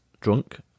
drunk